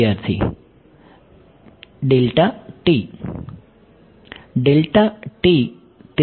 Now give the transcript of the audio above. વિદ્યાર્થી delta t